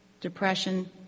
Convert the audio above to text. depression